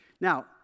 Now